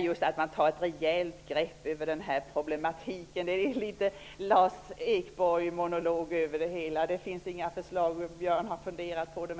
Just detta att man tar ett rejält grepp över den här problematiken är litet av en Lars Ekborg-monolog. Det finns inga förslag, Björn Samuelson har funderat på det.